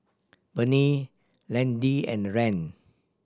Bernie Landyn and Rand